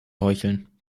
heucheln